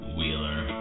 Wheeler